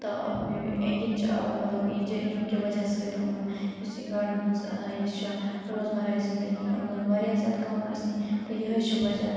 تہٕ ییٚتہِ چھُ مطلب ییٚمہِ کہِ وجہہ سۭتۍ یِمَن یُس یہِ گاڈن ہٕنز یہِ چھِ روز مَرا زندگی یِم لٔگۍ واریاہ زیادٕ کَم گَژھنہِ تہٕ یِہٕے چھِ وجہہ